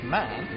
man